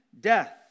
death